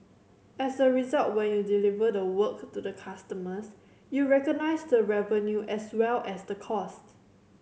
as a result when you deliver the work to the customers you recognise the revenue as well as the cost